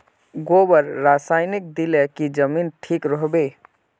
गोबर रासायनिक दिले की जमीन ठिक रोहबे?